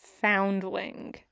Foundling